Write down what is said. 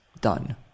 Done